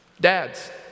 Dads